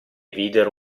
videro